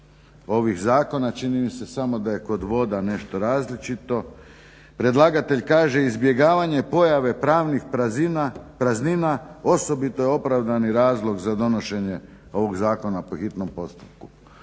ovih zakona čini mi se samo da je kod voda nešto različito. Predlagatelj kaže izbjegavanje pojave pravnih praznina osobito je opravdani razlog za donošenje ovog zakona po hitnom postupku.